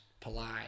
polite